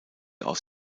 aus